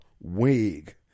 wig